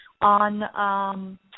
on